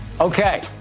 Okay